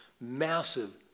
massive